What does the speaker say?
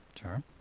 Sure